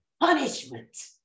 punishment